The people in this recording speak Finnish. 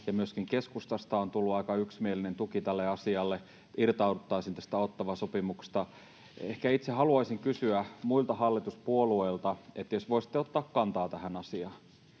ja myöskin keskustasta on tullut aika yksimielinen tuki tälle asialle, että irtauduttaisiin tästä Ottawan sopimuksesta. Ehkä itse haluaisin kysyä muilta hallituspuolueilta, että jos voisitte ottaa kantaa tähän asiaan.